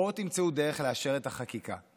בואו תמצאו דרך לאשר את החקיקה.